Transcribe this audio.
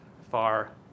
far